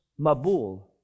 Mabul